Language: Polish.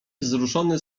wzruszony